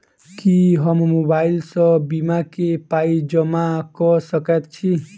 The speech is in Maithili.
की हम मोबाइल सअ बीमा केँ पाई जमा कऽ सकैत छी?